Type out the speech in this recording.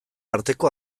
arteko